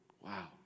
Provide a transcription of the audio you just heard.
Wow